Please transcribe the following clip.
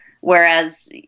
whereas